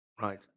Right